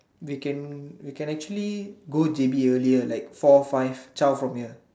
we can we can actually go J_B earlier like four five twelve from here